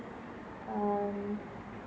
um